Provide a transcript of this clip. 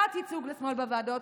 תת-ייצוג לשמאל בוועדות,